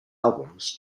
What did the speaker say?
albums